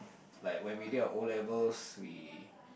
like when we did our O-levels we